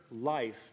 life